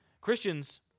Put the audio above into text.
Christians